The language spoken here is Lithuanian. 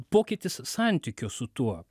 pokytis santykio su tuo